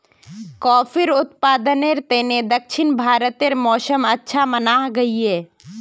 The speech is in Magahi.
काफिर उत्पादनेर तने दक्षिण भारतेर मौसम अच्छा मनाल गहिये